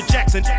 Jackson